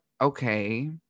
okay